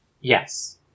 Yes